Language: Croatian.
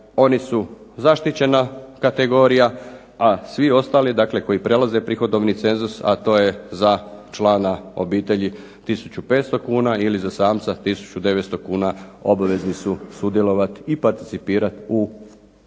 Oni su zaštićena kategorija, a svi ostali dakle koji prelaze prihodovni cenzus a to je za člana obitelji 1500 kuna ili za samca 1900 kuna obvezni su sudjelovati i participirati u dopunskom